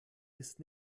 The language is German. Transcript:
ist